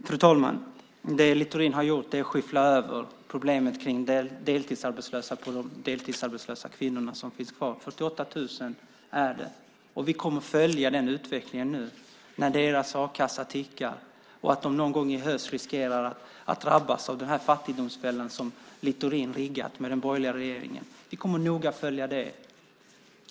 Fru talman! Det Littorin har gjort är att skyffla över problemet med de deltidsarbetslösa på de deltidsarbetslösa kvinnor som finns kvar; 48 000 är det. Vi kommer att följa utvecklingen nu när deras a-kassa tickar, och någon gång i höst riskerar de att drabbas av den fattigdomsfälla som Littorin har riggat med den borgerliga regeringen. Vi kommer noga att följa det.